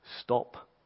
stop